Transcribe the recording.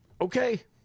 Okay